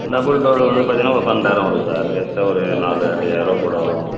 double door வந்து பார்த்தீங்கன்னா ஒரு பனென்டாயிரம் வரும் சார் எக்ஸ்டா ஒரு நாலு ஐயாயிரரூவா கூட வரும்